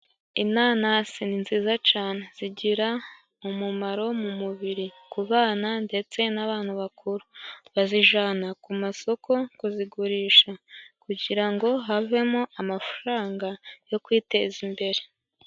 Inanasi ni nziza cane zigira umumaro mu mubiri ku bana ndetse n'abantu bakuru, bazijana ku masoko kuzigurisha kugira ngo havemo amafaranga yo kwiteza imbere.